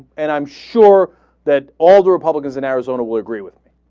and i'm sure that all the republicans in arizona would agree with